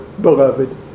beloved